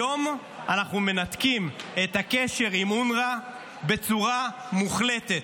היום אנחנו מנתקים את הקשר עם אונר"א בצורה מוחלטת.